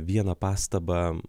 vieną pastabą